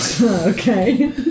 Okay